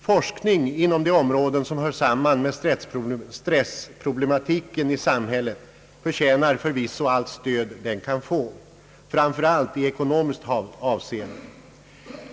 Forskning inom de områden som hör samman med stressproblematiken i samhället förtjänar förvisso allt stöd den kan få, framför allt i ekonomiskt avseende.